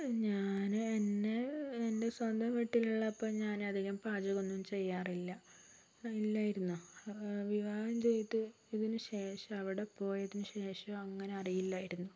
ഞാന് എന്നെ എൻ്റെ സ്വന്തം വീട്ടിലുള്ളപ്പോൾ ഞാനധികം പാചകമൊന്നും ചെയ്യാറില്ല ഇല്ലായിരുന്നു വിവാഹം ചെയ്തതിനു ശേഷം അവിടെ പോയതിനുശേഷം അങ്ങനെ അറിയില്ലായിരുന്നു